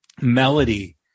melody